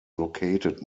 located